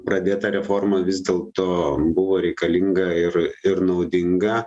pradėta reforma vis dėlto buvo reikalinga ir ir naudinga